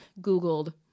Googled